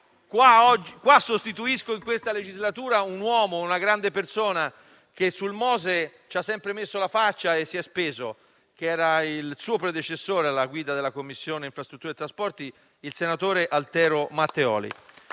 piaciuto perché in questa legislatura sostituisco una grande persona che sul Mose ci ha sempre messo la faccia e si è speso: era il suo predecessore alla guida della Commissione infrastrutture e trasporti, il senatore Altero Matteoli